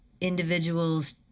individuals